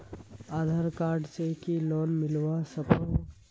आधार card से की loan मिलवा सकोहो?